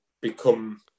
become